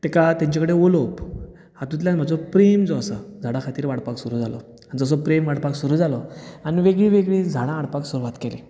तेका तेंचें कडेन उलोवप हातुतल्यान म्हजे प्रेम जो आसा झाडां खातीर वाडपाक सुरू जालो जसो प्रेम वाडपाक सुरू जालो आनी वेगळीं वेगळीं झाडा हाडपाक सुरवात केली